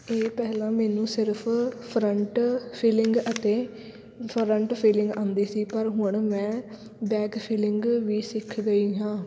ਇਹ ਪਹਿਲਾਂ ਮੈਨੂੰ ਸਿਰਫ਼ ਫਰੰਟ ਫੀਲਿੰਗ ਅਤੇ ਫਰੰਟ ਫੀਲਿੰਗ ਆਉਂਦੀ ਸੀ ਪਰ ਹੁਣ ਮੈਂ ਬੈਕ ਫੀਲਿੰਗ ਵੀ ਸਿੱਖ ਗਈ ਹਾਂ